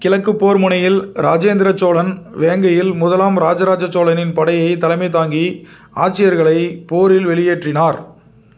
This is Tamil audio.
கிழக்குப் போர்முனையில் ராஜேந்திரச்சோழன் வேங்கையில் முதலாம் ராஜராஜ சோழனின் படையைத் தலைமை தாங்கி ஆட்சியர்களை போரில் வெளியேற்றினார்